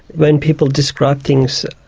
when people describe things,